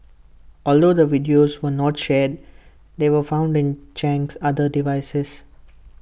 although the videos were not shared they were found in Chang's other devices